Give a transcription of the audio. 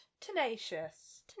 Tenacious